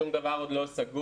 שום דבר עוד לא סגור.